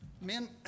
Men